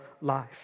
life